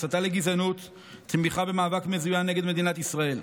הסתה לגזענות או תמיכה במאבק מזוין נגד מדינת ישראל.